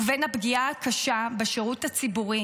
ובין הפגיעה קשה בשירות הציבורי